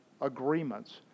agreements